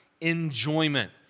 enjoyment